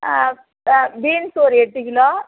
ஆ beans ஒரு எட்டு kilo